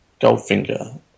Goldfinger